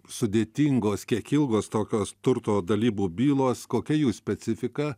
sudėtingos kiek ilgos tokios turto dalybų bylos kokia jų specifika